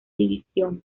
división